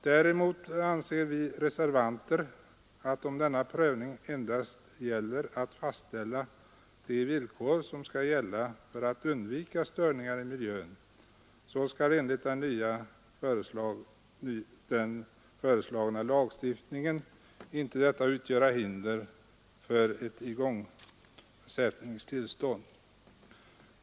Däremot anser vi reservanter att om denna prövning endast gäller att fastställa de villkor som skall gälla för att undvika störningar i miljön så skall enligt den föreslagna lagparagrafen detta inte utgöra hinder för ett igångsättningstillstånd.